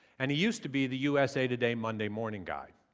and he used to be the usa today monday morning guy.